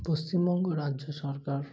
পশ্চিমবঙ্গ রাজ্য সরকার